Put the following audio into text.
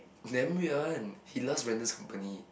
damn weird one he loves Brandon's company